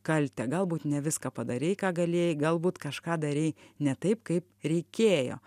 kaltę galbūt ne viską padarei ką galėjai galbūt kažką darei ne taip kaip reikėjo